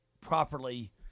properly